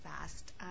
fast